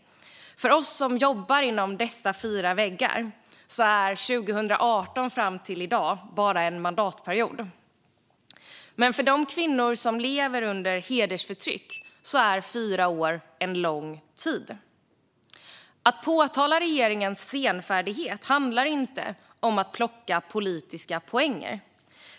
För oss som jobbar inom dessa fyra väggar är 2018 fram till i dag bara en mandatperiod. Men för de kvinnor som lever under hedersförtryck är fyra år en lång tid. Att påtala regeringens senfärdighet handlar inte om att plocka politiska poänger.